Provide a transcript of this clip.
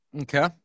Okay